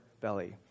belly